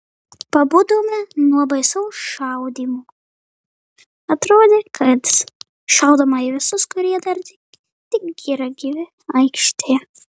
pabudome nuo baisaus šaudymo atrodė kad šaudoma į visus kurie dar tik yra gyvi aikštėje